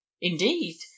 Indeed